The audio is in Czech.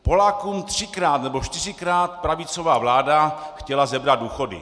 Polákům třikrát nebo čtyřikrát pravicová vláda chtěla sebrat důchody.